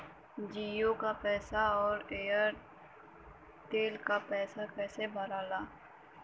जीओ का पैसा और एयर तेलका पैसा कैसे भराला?